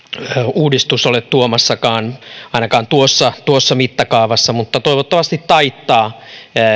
uudistus ole tuomassakaan ainakaan tuossa tuossa mittakaavassa mutta toivottavasti taittaa